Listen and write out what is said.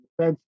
Defense